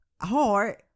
hard